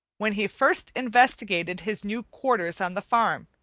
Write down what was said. when he first investigated his new quarters on the farm,